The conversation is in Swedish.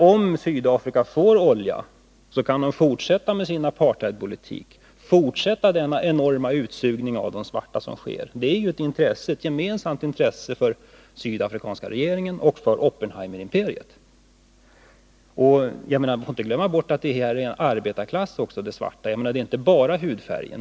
Om Sydafrika får olja, så kan man fortsätta att med sin apartheidpolitik, fortsätta med denna enorma utsugning av de svarta. Det är ett gemensamt intresse för den sydafrikanska regeringen och för Oppenheimerimperiet. Vi får inte glömma bort att de svarta också är en arbetarklass. Det gäller alltså inte bara hudfärgen.